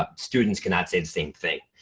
ah students cannot say the same thing.